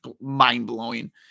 mind-blowing